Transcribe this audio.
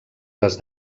les